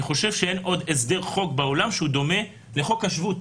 אני חושב שאין עוד הסדר חוק בעולם שהוא דומה לחוק השבות,